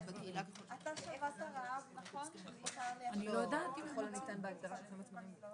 עדיין יהיה עדכון מדי שנה בהתאם להתייקרויות.